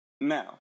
Now